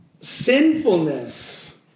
sinfulness